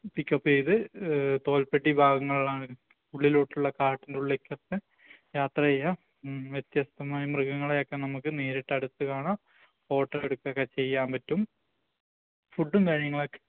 പിക്കപ്പെയ്ത് തോൽപ്പെട്ടി ഭാഗങ്ങളിലാണ് ഉള്ളിലോട്ടുള്ള കാട്ടിൻ്റെ ഉള്ളിലേക്കൊക്കെ യാത്ര ചെയ്യാം വ്യത്യസ്തമായ മൃഗങ്ങളെയൊക്കെ നമുക്ക് നേരിട്ട് അടുത്തു കാണാം ഫോട്ടോ എടുക്കുകയൊക്കെ ചെയ്യാന് പറ്റും ഫുഡും കാര്യങ്ങളൊക്കെ